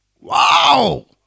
Wow